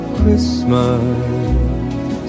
Christmas